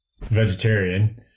Vegetarian